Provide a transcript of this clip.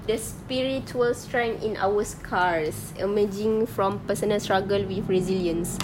the spiritual strength in our scars emerging from personal struggle with resilience